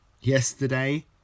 yesterday